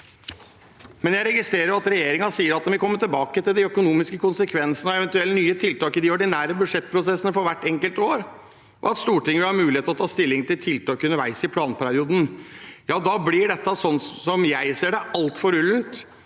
nå. Jeg registrerer at regjeringen sier at den vil komme tilbake til de økonomiske konsekvensene av eventuelle nye tiltak i de ordinære budsjettprosessene for hvert enkelt år, og at Stortinget har mulighet å ta stilling til tiltak underveis i planperioden. Da blir dette, sånn som jeg ser det, altfor ullent